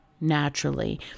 naturally